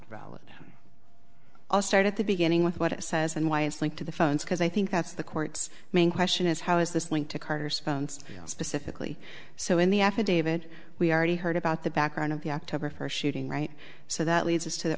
relevant i'll start at the beginning with what it says and why it's linked to the phones because i think that's the court's main question is how is this linked to carter's phones specifically so in the affidavit we already heard about the background of the october first shooting right so that leads us to the